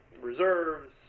reserves